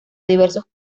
diversos